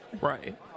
right